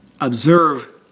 observe